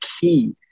key